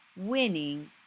winning